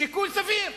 שיקול סביר,